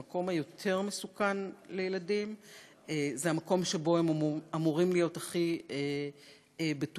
המקום היותר-מסוכן לילדים זה המקום שבו הם אמורים להיות הכי בטוחים.